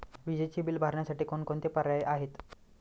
विजेचे बिल भरण्यासाठी कोणकोणते पर्याय आहेत?